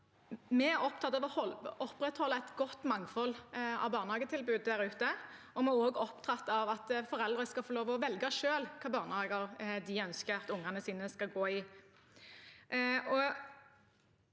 Vi er opptatt av å opprettholde et godt mangfold av barnehagetilbud der ute, og vi er opptatt av at foreldre skal få lov til selv å velge hvilke barnehager de ønsker at ungene deres skal gå i.